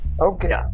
Okay